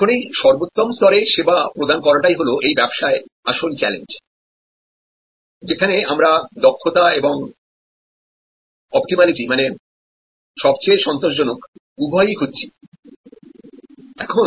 এখন এই সর্বোত্তম স্তরে পরিষেবা প্রদান করাটাই হল এই ব্যবসায় আসল চ্যালেঞ্জ যেখানে আমরা দক্ষতাএবং অপটিমালিটি মানে সবচেয়ে সন্তোষজনক উভয়ই খুঁজছি সময় উল্লেখ করুন 0948